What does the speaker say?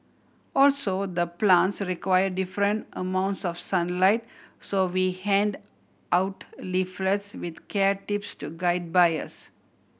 also the plants require different amounts of sunlight so we hand out leaflets with care tips to guide buyers